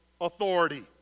authority